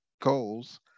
goals